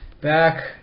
back